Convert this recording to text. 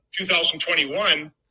2021